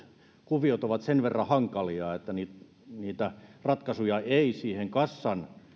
kuviot ovat sen verran hankalia että niitä ratkaisuja siihen kassan auttamiseen